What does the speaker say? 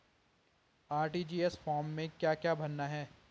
RTGS form में क्या क्या भरना है?